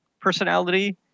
personality